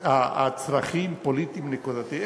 הצרכים הפוליטיים הנקודתיים?